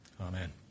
Amen